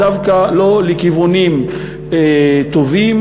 דווקא לא לכיוונים טובים,